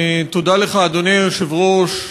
תודה לך, אדוני היושב-ראש,